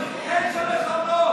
אין שם מחבלות.